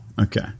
okay